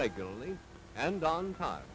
regularly and on time